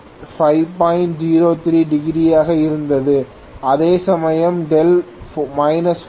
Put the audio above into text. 03 degree யாக இருந்தது அதேசமயம் δ 4